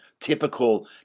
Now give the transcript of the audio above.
typical